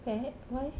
fat why